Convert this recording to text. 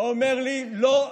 ואומר לי: לא,